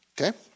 Okay